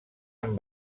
amb